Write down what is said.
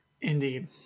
indeed